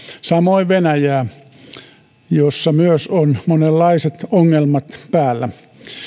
samoin venäjää missä myös on monenlaiset ongelmat päällä